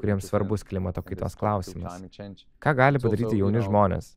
kuriems svarbus klimato kaitos klausimas ką gali padaryti jauni žmonės